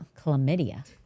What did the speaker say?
chlamydia